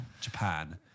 Japan